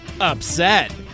upset